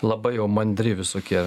labai jau mandri visokie